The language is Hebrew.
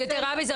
יתירה מזה,